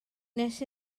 wnes